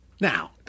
now